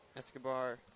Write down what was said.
Escobar